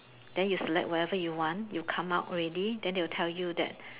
then you select whatever you want you come out already then they'll tell you that